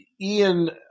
Ian